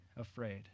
afraid